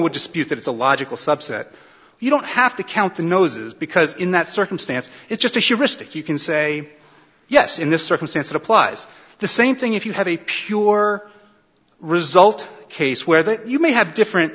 would dispute that it's a logical subset you don't have to count the noses because in that circumstance it's just a heuristic you can say yes in this circumstance it applies the same thing if you have a pure result case where the you may have different